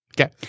Okay